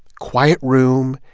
quiet room,